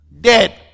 dead